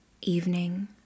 evening